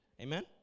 Amen